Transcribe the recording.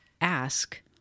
ask